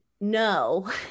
no